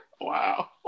Wow